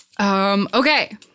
Okay